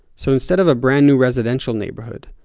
so instead of a brand new residential neighborhood,